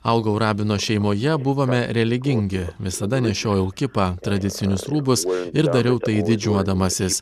augau rabino šeimoje buvome religingi visada nešiojau kipą tradicinius rūbus ir dariau tai didžiuodamasis